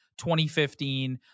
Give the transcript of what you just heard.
2015